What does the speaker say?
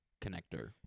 connector